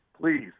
please